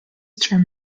term